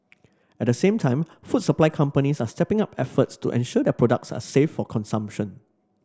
at the same time food supply companies are stepping up efforts to ensure their products are safe for consumption